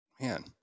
Man